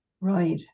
Right